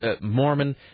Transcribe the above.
Mormon